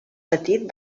petit